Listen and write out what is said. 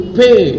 pay